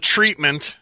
Treatment